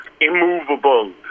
Immovable